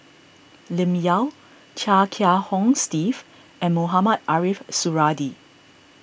Lim Yau Chia Kiah Hong Steve and Mohamed Ariff Suradi